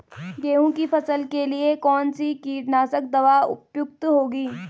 गेहूँ की फसल के लिए कौन सी कीटनाशक दवा उपयुक्त होगी?